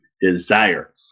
desire